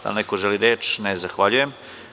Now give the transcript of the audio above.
Da li neko želi reč? (Ne) Zahvaljujem.